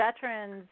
veteran's